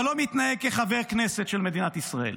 אבל לא מתנהג כחבר כנסת של מדינת ישראל.